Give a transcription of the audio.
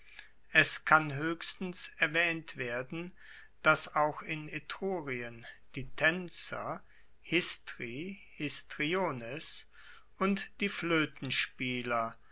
es kann hoechstens erwaehnt werden dass auch in etrurien die taenzer histri histriones und die